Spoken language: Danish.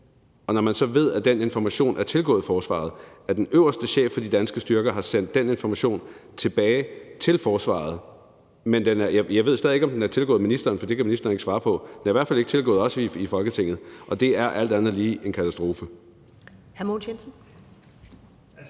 Og når man så ved, at den information er tilgået forsvaret, altså at den øverste chef for de danske styrker har sendt den information tilbage til forsvaret – jeg ved stadig væk ikke, om den er tilgået ministeren, for det kan ministeren ikke svare på, men den er i hvert fald ikke tilgået os her i Folketinget – er det alt andet lige en katastrofe.